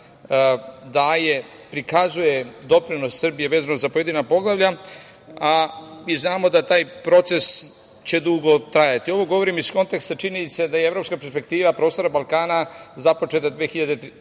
daje, prikazuje doprinos Srbije vezano za pojedina poglavlja, a mi znamo da će taj proces dugo trajati. Ovo govorim iz konteksta činjenica da je evropska perspektiva prostora Balkana započeta 2003.